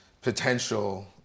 potential